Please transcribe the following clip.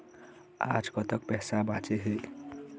आज कतक पैसा बांचे हे?